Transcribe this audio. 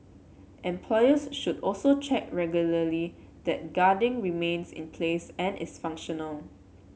employers should also check regularly that the guarding remains in place and is functional